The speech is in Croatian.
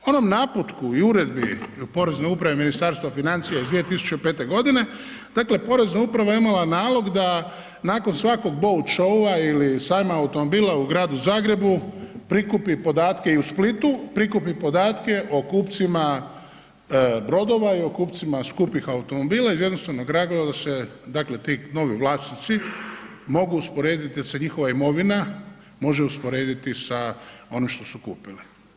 Onom naputku i uredbi porezne uprave Ministarstva financija iz 2005. godine, dakle porezna uprava je imala nalog da nakon svakog boat show-a ili sajma automobila u Gradu Zagrebu, prikupi podatke i u Splitu, prikupi podatke o kupcima brodova i o kupcima skupih automobila i iz jednostavnog razloga se, dakle ti novi vlasnici mogu usporediti se njihova imovina, može usporediti sa onim što su kupili.